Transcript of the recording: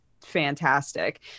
fantastic